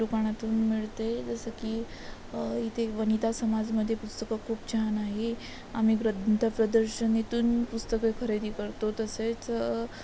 दुकानातून मिळते जसं की इथे वनिता समाजमध्ये पुस्तकं खूप छान आहे आम्ही व्र ग्रंथ प्रदर्शनीतून पुस्तकं खरेदी करतो तसेच